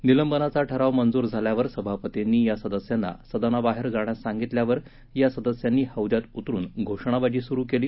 निलंबनाचा ठराव मंजूर झाल्यावर सभापतींनी या सदस्यांना सदनाबाहेर जाण्यास सांगितल्यावर या सदस्यांनी हौद्यात उतरून घोषणाबाजी सुरू केली